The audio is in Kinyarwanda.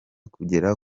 kugera